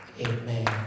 Amen